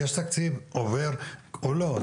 יש תקציב עובר או לא?